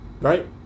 right